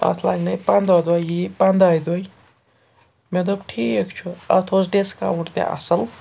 اَتھ لَگنَے پَنٛداہ دۄہ یہِ یی پنٛدہَے دۄہہِ مےٚ دوٚپ ٹھیٖک چھُ اَتھ اوس ڈِسکاوُنٛٹ تہِ اَصٕل